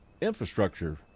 infrastructure